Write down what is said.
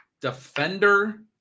defender